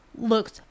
looks